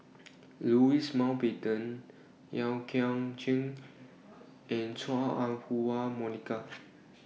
Louis Mountbatten Yeo Kian Chye and Chua Ah Huwa Monica